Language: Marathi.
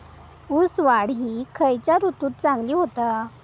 ऊस वाढ ही खयच्या ऋतूत चांगली होता?